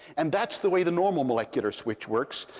and that's the way the normal molecular switch works.